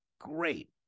great